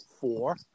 Four